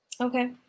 okay